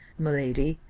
my lady,